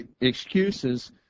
Excuses